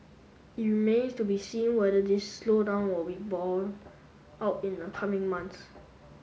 it remains to be seen whether this slowdown will be borne out in the coming months